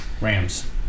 Rams